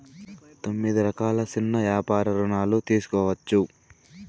తొమ్మిది రకాల సిన్న యాపార రుణాలు తీసుకోవచ్చు